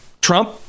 trump